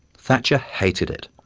thatcher hated it,